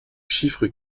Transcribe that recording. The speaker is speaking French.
chiffre